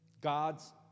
God's